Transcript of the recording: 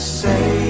say